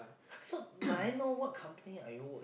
so may I know what company are you work in